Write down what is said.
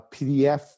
PDF